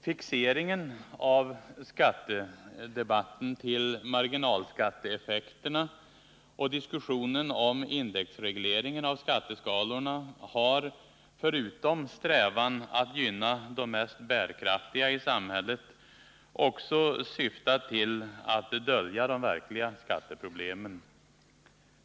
Fixeringen av skattedebatten till marginalskatteeffekterna och diskussionen om indexregleringen av skatteskalorna har, förutom strävan att gynna de mest bärkraftiga i samhället, också syftat till att dölja de verkliga skatteproblemen.